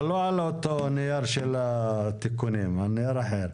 אבל לא על אותו הנייר של התיקונים, על נייר אחר.